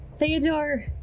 Theodore